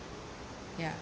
ya